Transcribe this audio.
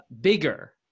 bigger